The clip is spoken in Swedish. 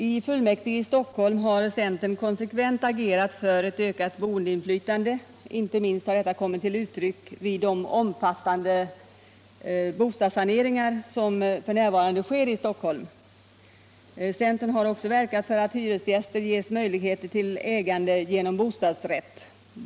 I fullmäktige i Stockholm har centern konsekvent agerat för ett ökat boendeinflytande. Inte minst har detta kommit till uttryck vid de omfattande bostadssaneringar som f. n. sker i Stockholm. Centern har också verkat för att hyresgäster skall ges möjlighet till ägande i form av bostadsrätt.